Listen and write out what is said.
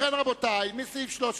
רבותי, מסעיף 13,